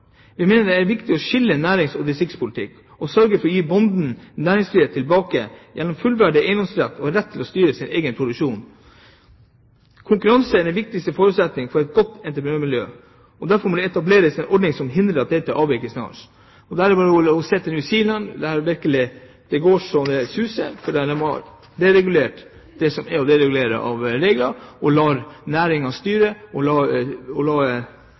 Vi mener det er viktig å skille nærings- og distriktspolitikk og å sørge for å gi bonden næringsfriheten tilbake gjennom en fullverdig eiendomsrett og rett til å styre sin egen produksjon. Konkurranse er den viktigste forutsetning for et godt entreprenørmiljø, og derfor må de etablerte ordningene som hindrer dette, avvikles snarest. Der har vi vært og sett til New Zealand, der det virkelig går så det suser, fordi de har deregulert det som er å deregulere av regler, de lar næringen styre og lar også markedet være med og